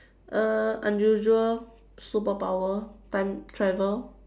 uh unusual superpower time travel